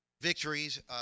victories